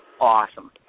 awesome